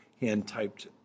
hand-typed